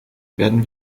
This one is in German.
werden